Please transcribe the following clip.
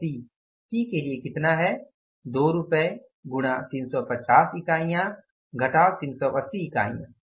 फिर यह C C के लिए कितना है 2 रुपए गुणा 350 इकाई 380 इकाई